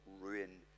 ruin